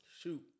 shoot